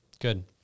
Good